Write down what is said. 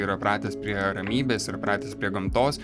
yra pratęs prie ramybės ir pratęs prie gamtos